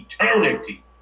eternity